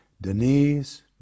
Denise